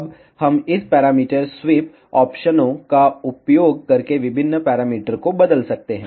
अब हम इस पैरामीटर स्वीप ऑप्शनों का उपयोग करके विभिन्न पैरामीटर को बदल सकते हैं